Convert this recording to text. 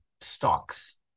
stocks